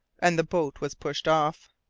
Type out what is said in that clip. and the boat was pushed off.